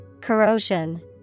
Corrosion